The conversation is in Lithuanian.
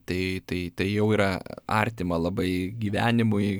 tai tai tai jau yra artima labai gyvenimui